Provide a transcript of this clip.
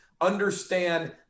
understand